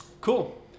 Cool